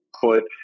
put